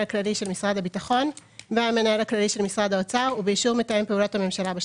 הכללי של משרד הביטחון והמנהל הכללי של משרד האוצר,